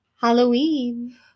Halloween